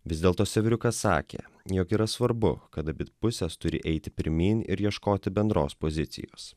vis dėlto sevriukas sakė jog yra svarbu kad abi pusės turi eiti pirmyn ir ieškoti bendros pozicijos